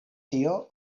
tio